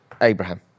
Abraham